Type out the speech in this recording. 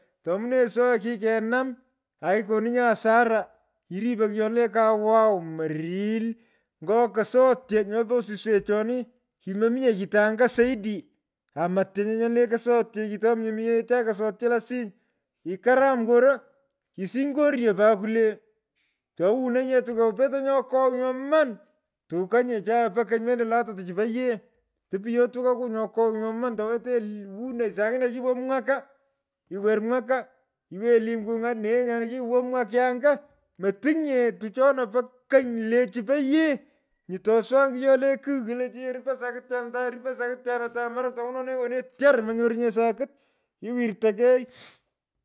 Tomunenyi sogha kikenam. aki koninyi hasara. Kripei. kyoni le kowaw. moril. ngo kosotyo nyopo osiswechoni. kimomitenye kito anga saidi amo tyaa mye nyono le kosotyo. kitomomye mi acha kosotyo losiny. kikaram koro. kisingoryo pat kwulee towononyi yee tukukuu petei nyo kogh nyoman. Tuka nye chae po kony mendo lata tichi po yee. Topyo nyo kagh nyoman. towetenyi wunoy saingine kiwoo mwaka. kiwer mwaka. iwenyi lim kungat nee nyan kiwoo mwake angaa. Motingnye tuchoni po kony le chi po yee. nyi toswang kyole le kigh kule chi arupo saktyandua arupo sakityan ata moroi tokononenyi woni tyaar monyuru nye sakit kiwirta kei.